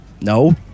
No